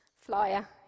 flyer